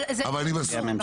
אבל אני מסכים.